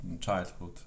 childhood